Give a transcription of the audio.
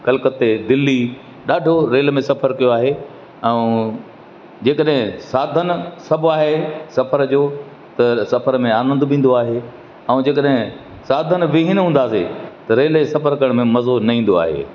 कल्कत्ते दिल्ली ॾाढो रेल में सफ़र कयो आहे ऐं जेकॾहिं साधन सभु आहे सफ़र जो त सफ़र में आनंद बि ईंदो आहे ऐं जेकॾहिं साधन बि न हूंदासीं त रेल जो सफ़र करण में मज़ो न ईंंदो आहे